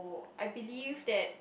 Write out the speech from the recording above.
I believe that